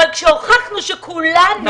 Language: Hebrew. אבל כשהוכחנו שכולנו,